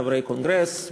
חברי קונגרס,